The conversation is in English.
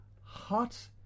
hot